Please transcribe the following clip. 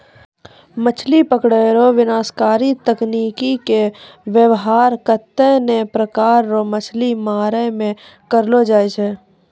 मछली पकड़ै रो विनाशकारी तकनीकी के वेवहार कत्ते ने प्रकार रो मछली मारै मे करलो जाय छै